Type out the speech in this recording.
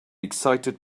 excited